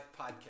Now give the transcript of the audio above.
podcast